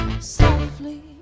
Softly